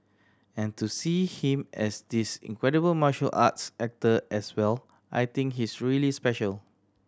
and to see him as this incredible martial arts actor as well I think he's really special